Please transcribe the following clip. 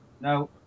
No